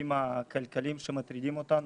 לנושאים הכלכליים שמטרידים אותנו,